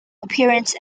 appearance